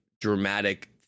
Dramatic